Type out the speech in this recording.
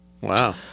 Wow